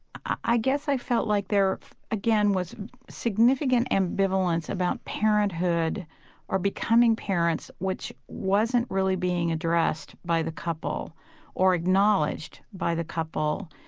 i guess i felt like there again was significant ambivalence about parenthood or becoming parents which wasn't really being addressed by the couple or acknowledged by the couple.